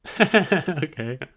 okay